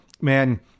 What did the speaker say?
man